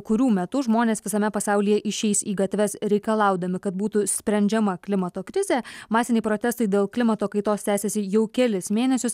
kurių metu žmonės visame pasaulyje išeis į gatves reikalaudami kad būtų sprendžiama klimato krizė masiniai protestai dėl klimato kaitos tęsiasi jau kelis mėnesius